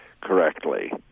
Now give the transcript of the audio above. correctly